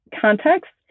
context